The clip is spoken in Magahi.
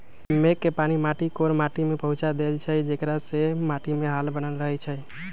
मेघ के पानी माटी कोर माटि में पहुँचा देइछइ जेकरा से माटीमे हाल बनल रहै छइ